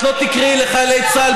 את לא תקראי לחיילי צה"ל,